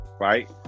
right